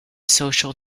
social